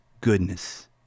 goodness